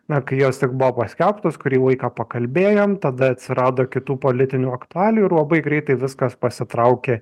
na kai jos tik buvo paskelbtos kurį laiką pakalbėjom tada atsirado kitų politinių aktualijų ir labai greitai viskas pasitraukė